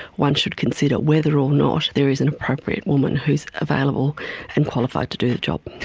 one should consider whether or not there is an appropriate woman who is available and qualified to do the job.